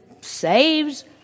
saves